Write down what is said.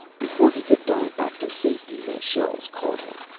before he could dive back to safety the shells caught him.